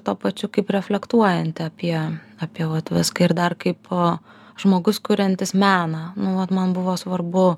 tuo pačiu kaip reflektuojanti apie apie vat viską ir dar kaip žmogus kuriantis meną nu vat man buvo svarbu